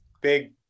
big